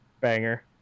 Banger